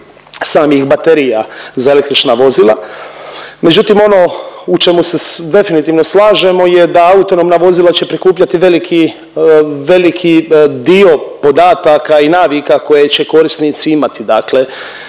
samih baterija za električna vozila. Međutim, ono u čemu se definitivno slažemo je da autonomna vozila će prikupljati veliki, veliki dio podataka i navika koje će korisnici imati,